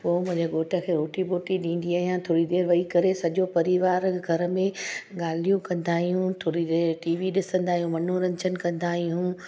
पोइ मुंहिंजे घोट खे रोटी ॿोटी ॾीदी आहियां थोरी देरि वेही करे सॼो परिवार ऐं घर में ॻाल्हियूं कंदा आहियूं थोरी देरि टी वी ॾिसंदा आहियूं मनोरंजन कंदा आहियूं